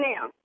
now